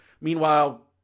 Meanwhile